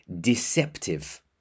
deceptive